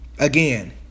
Again